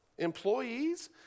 employees